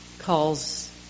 Calls